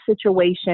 situation